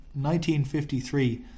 1953